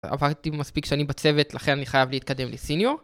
עברתי מספיק שנים בצוות, לכן אני חייב להתקדם לסניור.